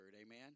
Amen